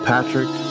Patrick